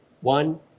One